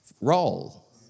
role